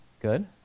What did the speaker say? Good